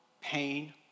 pain